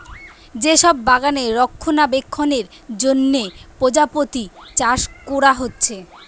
যে সব বাগানে রক্ষণাবেক্ষণের জন্যে প্রজাপতি চাষ কোরা হচ্ছে